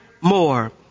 more